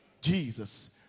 Jesus